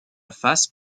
face